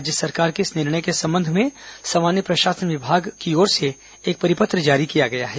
राज्य सरकार के इस निर्णय के संबंध में सामान्य प्रशासन विभाग की ओर से एक परिपत्र जारी किया गया है